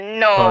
no।